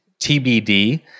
TBD